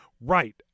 right